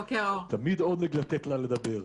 תמיד עונג לתת לה לדבר.